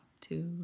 two